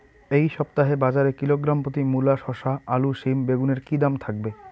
এই সপ্তাহে বাজারে কিলোগ্রাম প্রতি মূলা শসা আলু সিম বেগুনের কী দাম থাকবে?